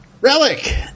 Relic